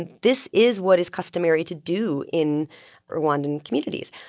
and this is what is customary to do in rwandan communities.